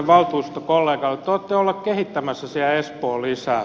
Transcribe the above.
te olette olleet kehittämässä siellä espoo lisää